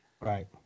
right